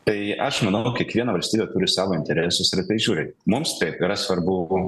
tai aš manau kiekviena valstybė turi savo interesus ir į tai žiūri mums taip yra svarbu